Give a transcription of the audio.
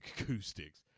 acoustics